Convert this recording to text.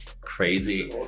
crazy